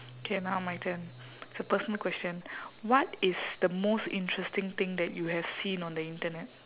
K now my turn it's a personal question what is the most interesting thing that you have seen on the internet